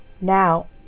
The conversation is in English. now